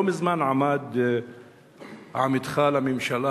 לא מזמן עמד עמיתך לממשלה,